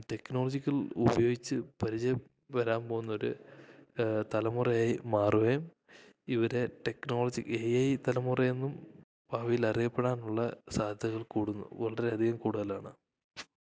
technological ഉപയോഗിച്ച് പരിചയം വരാൻ പോകുന്ന ഒരു തലമുറയായി മാറുവേം ഇവരെ ടെക്നോളജി എ ഐ തലമുറ എന്നും ഭാവീലറിയപ്പെടാൻ ഉള്ള സാദ്ധ്യതകൾ കൂടുന്നു വളരെ അധികം കൂടുതലാണ്